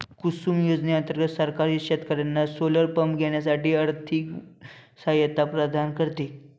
कुसुम योजने अंतर्गत सरकार शेतकर्यांना सोलर पंप घेण्यासाठी आर्थिक सहायता प्रदान करते